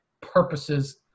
purposes